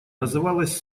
называлась